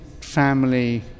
family